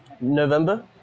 November